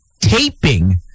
taping